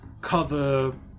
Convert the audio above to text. cover